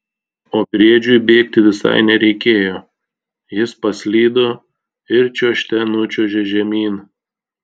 o briedžiui bėgti visai nereikėjo jis paslydo ir čiuožte nučiuožė žemyn